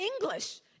English